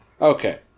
Okay